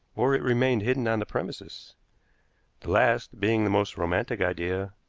or it remained hidden on the premises. the last, being the most romantic idea,